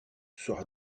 sera